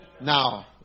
Now